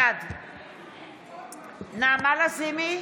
בעד נעמה לזימי,